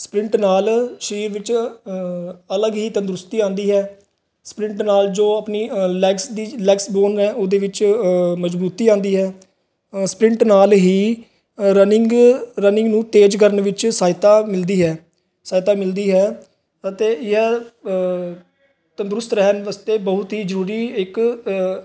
sprint ਨਾਲ ਸਰੀਰ ਵਿੱਚ ਅਲੱਗ ਹੀ ਤੰਦਰੁਸਤੀ ਆਉਂਦੀ ਹੈ ਸਪਰਿੰਟ ਨਾਲ ਜੋ ਆਪਣੀ ਅ ਲੈਗਸ ਦੀ ਲੈਗਸ ਬੋਨ ਹੈ ਉਹਦੇ ਵਿੱਚ ਮਜਬੂਤੀ ਆਉਂਦੀ ਹੈ ਅ ਸਪਰਿੰਟ ਨਾਲ ਹੀ ਅ ਰਨਿੰਗ ਰਨਿੰਗ ਨੂੰ ਤੇਜ਼ ਕਰਨ ਵਿੱਚ ਸਹਾਇਤਾ ਮਿਲਦੀ ਹੈ ਸਹਾਇਤਾ ਮਿਲਦੀ ਹੈ ਅਤੇ ਇਹ ਤੰਦਰੁਸਤ ਰਹਿਣ ਵਾਸਤੇ ਬਹੁਤ ਹੀ ਜ਼ਰੂਰੀ ਇੱਕ